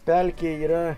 pelkė yra